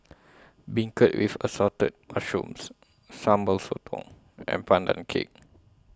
Beancurd with Assorted Mushrooms Sambal Sotong and Pandan Cake